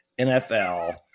NFL